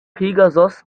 pegasos